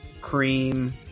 cream